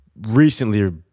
recently